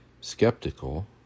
skeptical